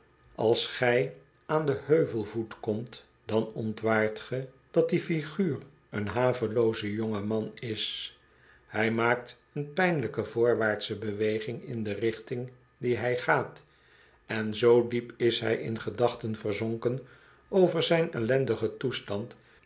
als gij aan den heuvelvoet komt dan ontwaart ge dat die figuur een havelooze jonge man is hij maakteen pynlijke voorwaartsche beweging in de richting die gij gaat en zoo diep is hg in gedachten verzonken over zijn éllendigen toestand